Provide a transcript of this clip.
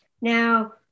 Now